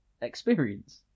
experience